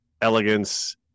elegance